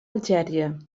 algèria